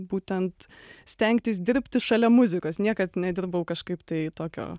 būtent stengtis dirbti šalia muzikos niekad nedirbau kažkaip tai tokio